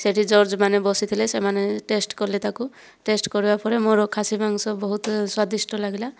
ସେଠି ଜଜ୍ମାନେ ବସିଥିଲେ ସେମାନେ ଟେଷ୍ଟ କଲେ ତାକୁ ଟେଷ୍ଟ କରିବା ପରେ ମୋର ଖାସି ମାଂସ ବହୁତ ସ୍ୱାଦିଷ୍ଟ ଲାଗିଲା